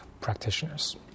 practitioners